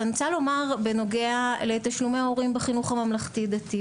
אבל אני רוצה להתייחס לתשלומי הורים בחינוך הממלכתי דתי.